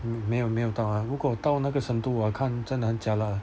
没有没有到 lah 如果到那个程度我看真的很 jialat